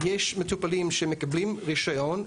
יש מטופלים שמקבלים רישיון,